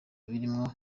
birimo